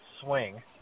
swing